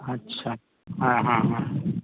अच्छा हाँ हाँ हाँ